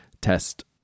test